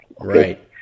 Right